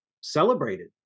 celebrated